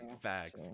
Facts